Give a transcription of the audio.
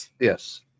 Yes